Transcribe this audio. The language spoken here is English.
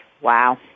Wow